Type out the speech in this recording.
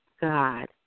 God